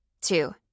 Two